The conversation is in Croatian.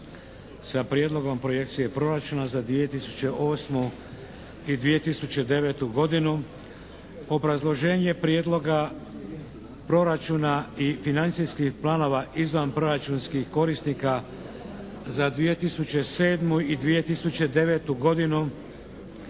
s Prijedlogom projekcije proračuna za 2008. i 2009. godinu. Obrazloženje prijedloga proračuna i financijskih planova izvanproračunskih korisnika za 2007. i 2009 godinu.